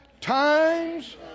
Times